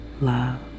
love